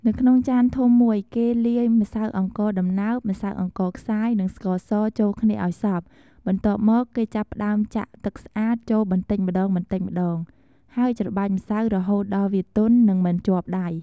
នៅក្នុងចានធំមួយ គេលាយ ម្សៅអង្ករដំណើប ម្សៅអង្ករខ្សាយ និង ស្ករស ចូលគ្នាឲ្យសព្វ បន្ទាប់មក គេចាប់ផ្តើមចាក់ ទឹកស្អាត ចូលបន្តិចម្តងៗ ហើយច្របាច់ម្សៅរហូតដល់វាទន់ និងមិនជាប់ដៃ។